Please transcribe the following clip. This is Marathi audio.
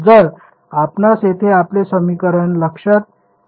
जर आपणास येथे आपले समीकरण लक्षात घेतले तर